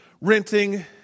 renting